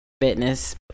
fitness